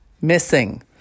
missing